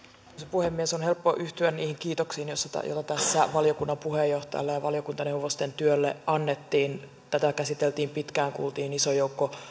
puhemies on helppo yhtyä niihin kiitoksiin joita tässä valiokunnan puheenjohtajalle ja valiokuntaneuvosten työlle annettiin tätä käsiteltiin pitkään kuultiin iso joukko